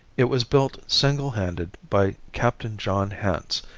it was built single handed by captain john hance,